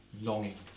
longing